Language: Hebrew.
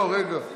לא, רגע.